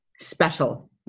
special